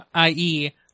IE